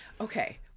Okay